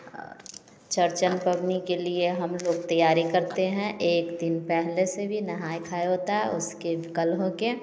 चौरचन करने के लिए हम लोग तैयारी करते हैं एक दिन पहले से भी नहाए खाए होता है उसके कल हो के